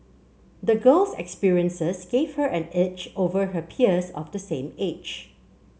the girl's experiences gave her an edge over her peers of the same age